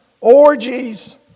orgies